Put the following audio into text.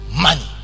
money